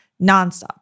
nonstop